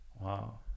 Wow